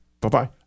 Bye-bye